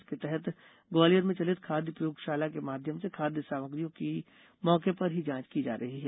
इसके तहत ग्वालियर में चलित खाद्य प्रयोगशाला के माध्यम से खाद्य सामग्रियों की मौके पर ही जांच की जा रही है